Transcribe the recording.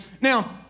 Now